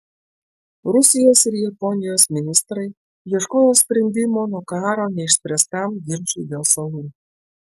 rusijos ir japonijos ministrai ieškojo sprendimo nuo karo neišspręstam ginčui dėl salų